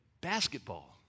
basketball